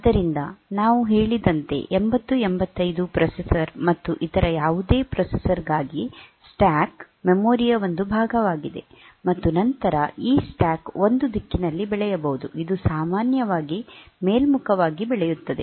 ಆದ್ದರಿಂದ ನಾವು ಹೇಳಿದಂತೆ 8085 ಪ್ರೊಸೆಸರ್ ಮತ್ತು ಇತರ ಯಾವುದೇ ಪ್ರೊಸೆಸರ್ ಗಾಗಿ ಸ್ಟ್ಯಾಕ್ ಮೆಮೊರಿಯ ಒಂದು ಭಾಗವಾಗಿದೆ ಮತ್ತು ನಂತರ ಈ ಸ್ಟಾಕ್ ಒಂದು ದಿಕ್ಕಿನಲ್ಲಿ ಬೆಳೆಯಬಹುದು ಇದು ಸಾಮಾನ್ಯವಾಗಿ ಮೇಲ್ಮುಖವಾಗಿ ಬೆಳೆಯುತ್ತದೆ